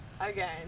again